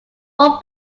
one